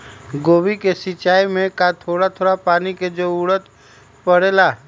गोभी के सिचाई में का थोड़ा थोड़ा पानी के जरूरत परे ला?